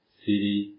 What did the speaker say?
city